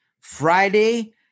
Friday